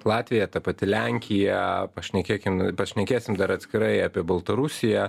latvija ta pati lenkija pašnekėkim pašnekėsim dar atskirai apie baltarusiją